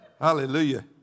Hallelujah